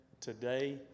today